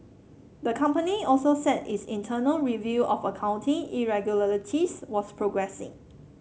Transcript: the company also said its internal review of accounting irregularities was progressing